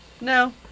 no